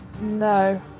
No